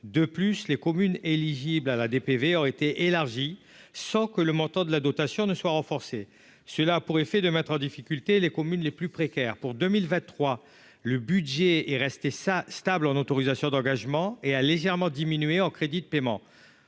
de plus les communes éligibles à la DPV aurait été élargi sans que le montant de la dotation ne soient renforcées, cela a pour effet de mettre en difficulté les communes les plus précaires pour 2023, le budget est resté ça stables en autorisations d'engagement et a légèrement diminué en crédits de paiement